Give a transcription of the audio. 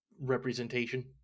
representation